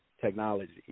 technology